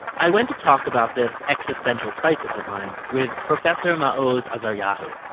i went to talk about this existential crisis of mine with professor maoz azaryahu.